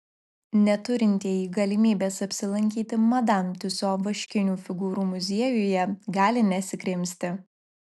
neturintieji galimybės apsilankyti madam tiuso vaškinių figūrų muziejuje gali nesikrimsti